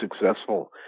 successful